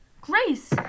Grace